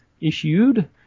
issued